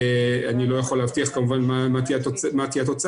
אני לא יכול להבטיח כמובן מה תהיה התוצאה,